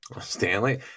Stanley –